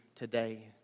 Today